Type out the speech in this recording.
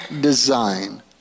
design